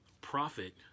profit